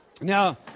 Now